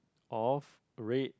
of red